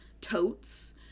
totes